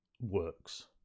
works